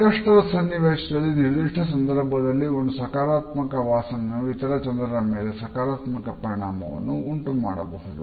ಸಂಕಷ್ಟದ ಸನ್ನಿವೇಶದಲ್ಲಿ ನಿರ್ದಿಷ್ಟ ಸಂದರ್ಭದಲ್ಲಿ ಒಂದು ಸಕಾರಾತ್ಮಕ ವಾಸನೆಯು ಇತರೆ ಜನರ ಮೇಲೆ ಸಕಾರಾತ್ಮಕ ಪರಿಣಾಮವನ್ನು ಉಂಟುಮಾಡಬಹುದು